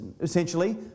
essentially